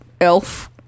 elf